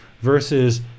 versus